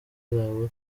zabo